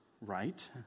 right